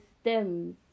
stems